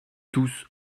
tous